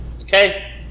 Okay